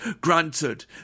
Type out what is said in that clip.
Granted